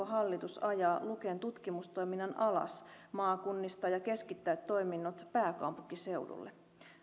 hallitus ajaa luken tutkimustoiminnan alas maakunnista ja keskittää toiminnot pääkaupunkiseudulle